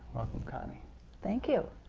connie thank you!